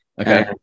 okay